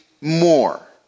more